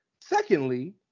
Secondly